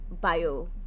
bio